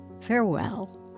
Farewell